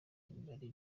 imibare